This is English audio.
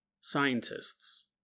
scientists